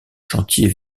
chantiers